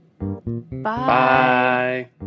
Bye